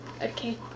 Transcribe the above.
Okay